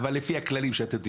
לפי הכללים שאתם תקבעו,